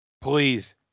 please